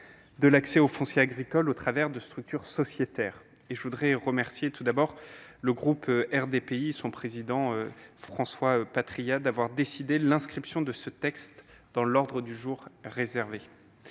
de l'accès au foncier agricole au travers de structures sociétaires. Je tiens à remercier, à ce titre, le groupe RDPI et son président, François Patriat, d'avoir décidé l'inscription de ce texte dans leur ordre du jour réservé.